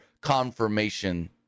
confirmation